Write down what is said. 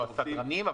סדרנים.